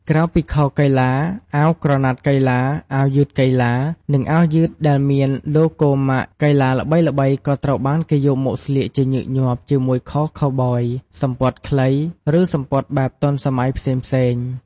ក្រៅពីខោកីឡា អាវក្រណាត់កីឡា អាវយឺតកីឡា និងអាវយឺតដែលមានឡូហ្គោម៉ាកកីឡាល្បីៗក៏ត្រូវបានគេយកមកស្លៀកជាញឹកញាប់ជាមួយខោខូវប៊យ សំពត់ខ្លី ឬសំពត់បែបទាន់សម័យផ្សេងៗ។